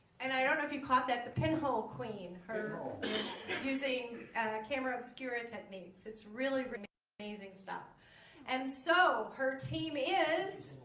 and i don't know if you caught that the pinhole queen hurtle using and a camera obscura techniques it's really really amazing stuff and so her team is